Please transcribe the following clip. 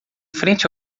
frente